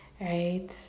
right